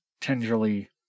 tenderly